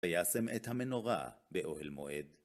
ויישם את המנורה באוהל מועד.